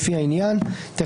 לפי העניין."; זה